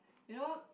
you know